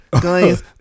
guys